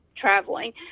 traveling